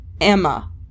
Emma